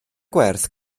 gwerth